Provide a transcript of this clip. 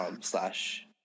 slash